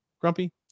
Grumpy